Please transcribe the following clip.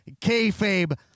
Kayfabe